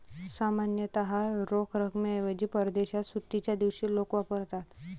सामान्यतः रोख रकमेऐवजी परदेशात सुट्टीच्या दिवशी लोक वापरतात